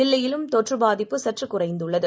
தில்லியிலும்தொற்றுபாதிப்புசற்றுகுறைந்துள்ளது